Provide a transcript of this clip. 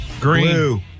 Green